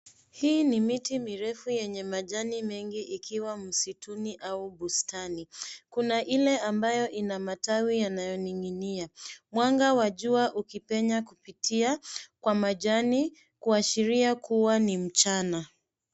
Hii ni miti mirefu yenye majani mengi ikiwa msituni au bustani kuna ile ambayo inamatawi yanyoninginia mwanga wa jua ukipenya kupitia kwa majani kuashiria kua ni mchana.